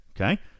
Okay